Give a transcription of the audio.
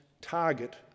target